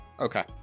Okay